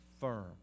firm